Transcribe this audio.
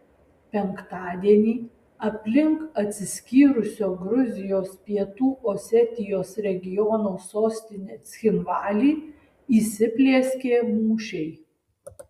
penktadienį aplink atsiskyrusio gruzijos pietų osetijos regiono sostinę cchinvalį įsiplieskė mūšiai